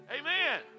amen